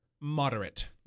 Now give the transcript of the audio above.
moderate